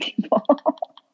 people